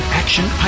action